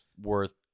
worth